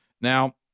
Now